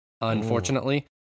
unfortunately